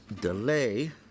delay